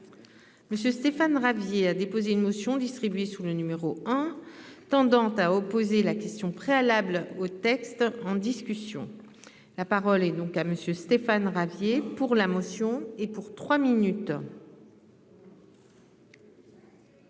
Stéphane Ravier a déposé une motion distribuée sous le numéro 1 tendant à opposer la question préalable au texte en discussion, la parole est donc à monsieur Stéphane Ravier pour la motion et pour trois minutes.